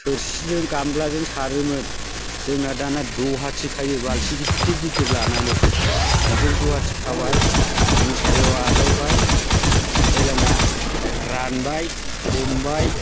थोरसिजों गामलाजों सारोमोन जोंना दाना दहाथि खायो बाल्थिं गिदिर गिदिर लानानै बिजों दहाथि खाबाय मुसारियाव आजावबाय जेलाना रानबाय हमबाय